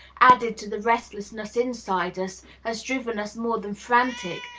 added to the restlessness inside us, has driven us more than frantic,